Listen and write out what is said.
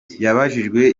yabajijwe